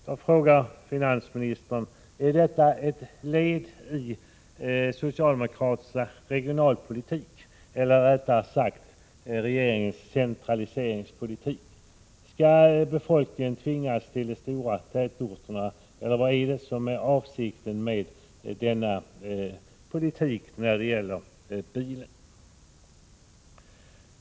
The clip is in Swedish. Jag frågar finansministern: Är detta ett led i socialdemokratisk regionalpolitik eller rättare sagt regeringens centraliseringspolitik? Skall befolkningen tvingas till de stora tätorterna, eller vad är avsikten med denna politik när det gäller bilen?